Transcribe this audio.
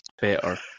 better